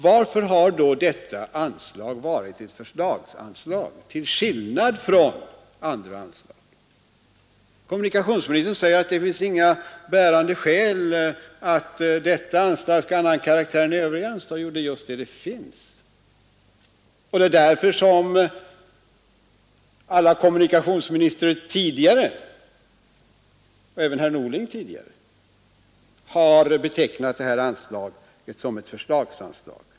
Varför har då detta anslag varit ett förslagsanslag till skillnad från andra anslag? Kommunikationsministern säger att det inte finns några bärande skäl för att detta anslag skall ha en annan karaktär än övriga anslag. Jo, just sådana skäl finns. Det är därför som alla kommunikationsministrar tidigare — även herr Norling — har betecknat detta anslag som ett förslagsanslag.